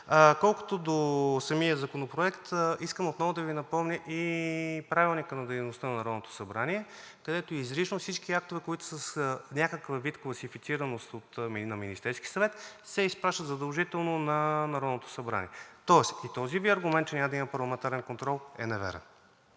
Колкото до самия законопроект. Искам отново да Ви напомня и Правилника за организацията и дейността на Народното събрание, където изрично всички актове, които са с някакъв вид класифицираност на Министерския съвет, се изпращат задължително на Народното събрание, тоест и този Ви аргумент, че няма да има парламентарен контрол, е неверен.